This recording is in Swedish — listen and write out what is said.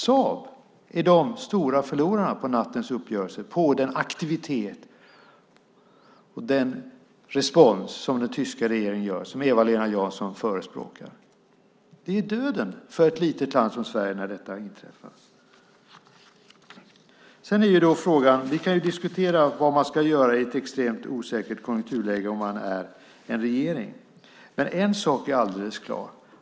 Saab är den stora förloraren på nattens uppgörelse, på den aktivitet och den respons som den tyska regeringen har kommit med, som Eva-Lena Jansson förespråkar. Det är döden för ett litet land som Sverige när detta inträffar. Vi kan diskutera vad en regering ska göra i ett extremt osäkert konjunkturläge, men en sak är alldeles klar.